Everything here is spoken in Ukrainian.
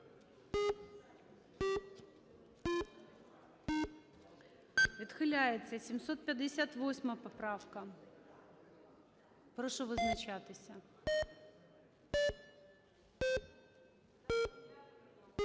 Відхиляється. 758 поправка. Прошу визначатися.